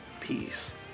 peace